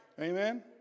Amen